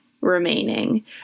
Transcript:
remaining